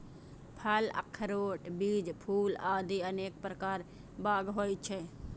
फल, अखरोट, बीज, फूल आदि अनेक प्रकार बाग होइ छै